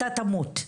אתה תמות.